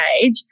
age